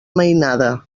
mainada